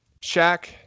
Shaq